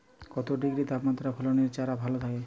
কত ডিগ্রি তাপমাত্রায় ফসলের চারা ভালো থাকে?